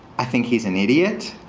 i think he's an idiot.